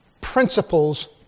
principles